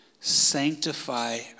sanctify